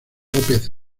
lópez